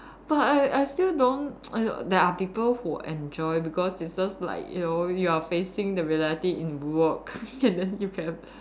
but I I still don't there there are people who enjoy because it's just like you know you are facing the reality in work and then you have